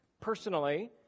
personally